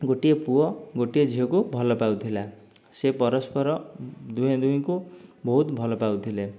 ଗୋଟିଏ ପୁଅ ଗୋଟିଏ ଝିଅକୁ ଭଲ ପାଉଥିଲା ସେ ପରସ୍ପର ଦୁହେଁ ଦୁହିଁଙ୍କୁ ବହୁତ ଭଲ ପାଉଥିଲେ